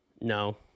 No